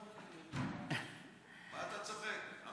מה אתה צוחק?